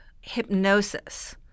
hypnosis